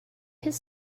his